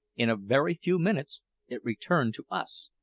in a very few minutes it returned to us,